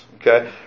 Okay